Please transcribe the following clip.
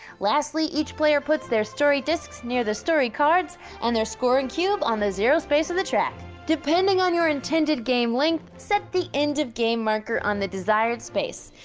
lastly, each player puts their story discs near the story cards and their scoring cube on the zero space of the track. depending on your intended game length, set the end of game marker on the desired space.